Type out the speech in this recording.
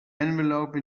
envelope